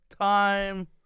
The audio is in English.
time